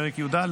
פרק י"א,